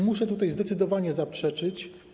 Muszę tutaj zdecydowanie zaprzeczyć.